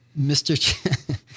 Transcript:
Mr